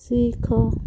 ଶିଖ